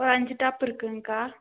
இப்போ அஞ்சு டாப் இருக்குதுங்கக்கா